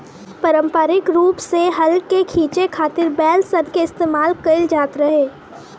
पारम्परिक रूप से हल के खीचे खातिर बैल सन के इस्तेमाल कईल जाट रहे